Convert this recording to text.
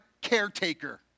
caretaker